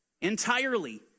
entirely